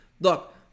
look